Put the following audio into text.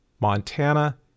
Montana